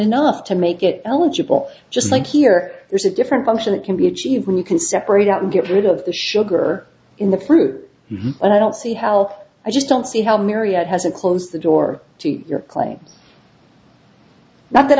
enough to make it eligible just like here there's a different function that can be achieved when you can separate out and get rid of the sugar in the fruit and i don't see how i just don't see how myriad hasn't closed the door to your